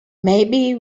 maybe